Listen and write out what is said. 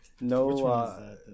no